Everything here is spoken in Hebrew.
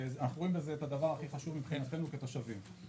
ואנחנו רואים בזה הדבר הכי חשוב מבחינתנו כתושבים.